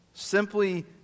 Simply